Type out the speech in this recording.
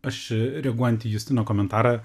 aš a reaguojant į justino komentarą